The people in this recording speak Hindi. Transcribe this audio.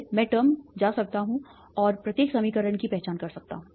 इसलिए मैं टर्म टर्म जा सकता हूं और प्रत्येक समीकरण की पहचान कर सकता हूं